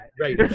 right